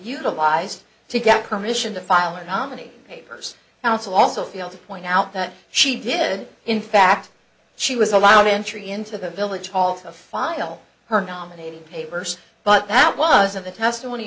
utilized to get permission to file a nominee paper and also also feel to point out that she did in fact she was allowed entry into the village hall to file her nominated papers but that wasn't the testimony